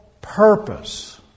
purpose